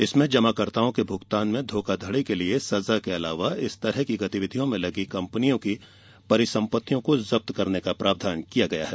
इसमें जमाकर्ताओं के भुगतान में धोखाधड़ी के लिए सजा के अलावा इस तरह की गतिविधियों में लगी कंपनियों की परिसंपत्तियों को जब्त करने का प्रावधान किया गया है